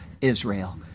Israel